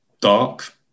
Dark